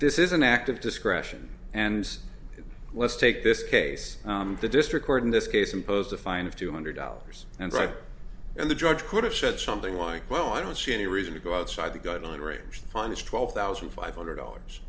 this is an act of discretion and let's take this case the district court in this case impose a fine of two hundred dollars and write and the judge could have said something like well i don't see any reason to go outside the gun on the range fine it's twelve thousand five hundred dollars